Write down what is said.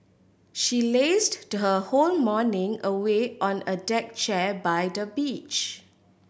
she lazed to her whole morning away on a deck chair by the beach